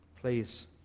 Please